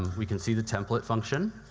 we can see the template function.